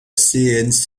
cncdh